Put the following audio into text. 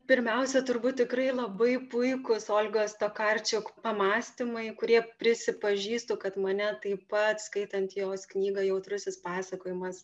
pirmiausia turbūt tikrai labai puikūs olgos takarčiuk pamąstymai kurie prisipažįstu kad mane taip pat skaitant jos knygą jautrusis pasakojimas